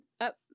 up